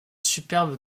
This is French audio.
superbe